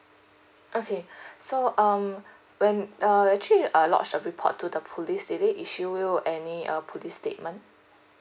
okay so um when err actually uh lodge a report to the police did they issue you any uh police statement